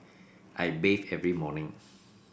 I bathe every morning